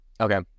Okay